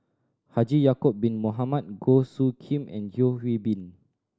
Haji Ya'acob Bin Mohamed Goh Soo Khim and Yeo Hwee Bin